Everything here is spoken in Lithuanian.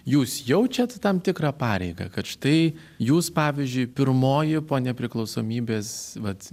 jūs jaučiat tam tikrą pareigą kad štai jūs pavyzdžiui pirmoji po nepriklausomybės vat